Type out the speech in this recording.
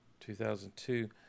2002